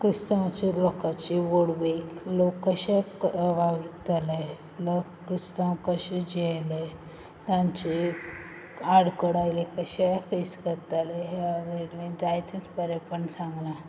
क्रिस्तांवांचे लोकांची व्हडवीक लोक कशे वावुरताले लोक क्रिस्तांव कशें जियेले तांचेर आडखळ आयली कशी फेस करताले आनी जायतेंच बरेंपण सांगलां